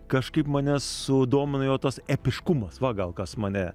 kažkaip mane sudominai o tas epiškumas va gal kas mane